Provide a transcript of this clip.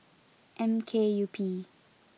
M K U P